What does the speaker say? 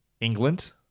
England